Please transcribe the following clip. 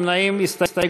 אני מנסה לעבוד.